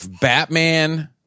Batman